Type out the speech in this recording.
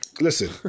Listen